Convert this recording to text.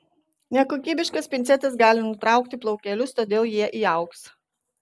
nekokybiškas pincetas gali nutraukti plaukelius todėl jie įaugs